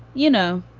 you know,